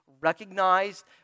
recognized